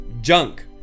junk